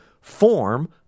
form